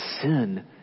sin